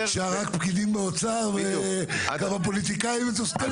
פקידים באוצר וכמה פוליטיקאים מתוסכלים.